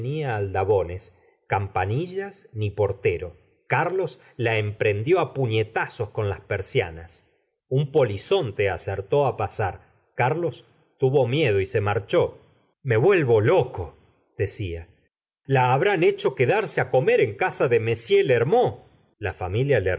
aldabones campanillas ni portero carlos la emprendió á puñetazos con las persianas un polizonte acertó á pasar carlos tuvo miedo y se marchó le vuelvo loco decia la habrán hecho quedarse á comer en casa de m lormeaux la familia